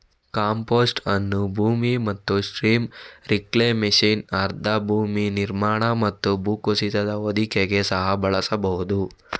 compost ಅನ್ನು ಭೂಮಿ ಮತ್ತು ಸ್ಟ್ರೀಮ್ ರಿಕ್ಲೇಮೇಶನ್, ಆರ್ದ್ರ ಭೂಮಿ ನಿರ್ಮಾಣ ಮತ್ತು ಭೂಕುಸಿತದ ಹೊದಿಕೆಗೆ ಸಹ ಬಳಸಬಹುದು